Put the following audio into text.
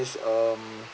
this um